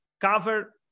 cover